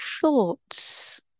thoughts